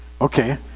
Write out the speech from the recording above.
Okay